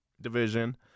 division